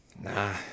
Nah